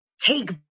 take